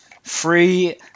free